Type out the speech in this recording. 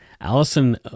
Allison